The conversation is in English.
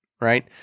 right